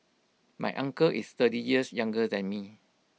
my uncle is thirty years younger than me